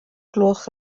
gloch